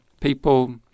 people